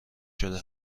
شده